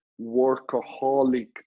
workaholic